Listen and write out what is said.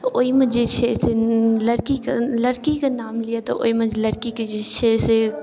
ओहिमे जे छै से लड़की लड़कीके नाम लिए तऽ ओहिमे लड़कीके जे छै से